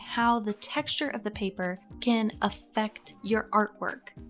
how the texture of the paper can affect your artwork.